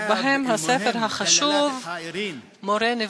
ובהם הספר החשוב "מורה נבוכים".